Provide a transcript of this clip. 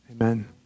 Amen